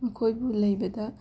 ꯃꯈꯣꯏꯕꯨ ꯂꯩꯕꯗ